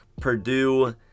Purdue